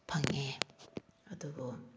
ꯐꯪꯉꯦ ꯑꯗꯨꯕꯨ